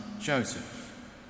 Joseph